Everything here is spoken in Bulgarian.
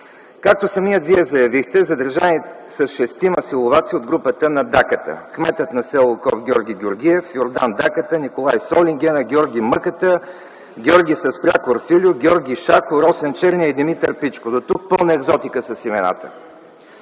Както самият Вие заявихте, задържани са шестима силоваци от групата на Даката: кметът на с. Окоп Георги Георгиев, Йордан – Даката, Николай – Солингена, Георги – Мъката, Георги с прякор Фильо, Георги – Шаката, Росен – Черния, и Димитър – Пичко. Дотук пълна екзотика с имената.